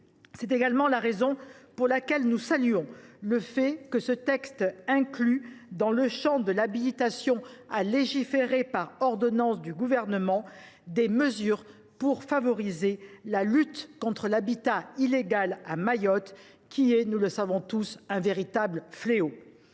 C’est également la raison pour laquelle nous saluons le fait que ce texte inclue dans le champ de l’habilitation du Gouvernement à légiférer par ordonnances des mesures pour favoriser la lutte contre l’habitat illégal à Mayotte, celui ci étant, nous le savons tous, un véritable fléau.